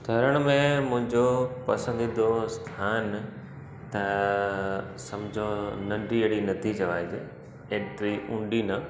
तरण में मुंहिंजो पसंदीदो स्थान त समुझो नंढी अहिड़ी नदी चवाए जे एतिरी ऊंॾी न